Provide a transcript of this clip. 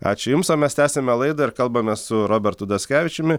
ačiū jums o mes tęsiame laidą ir kalbame su robertu daskevičiumi